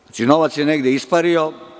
Znači, novac je negde ispario.